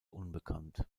unbekannt